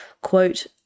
quote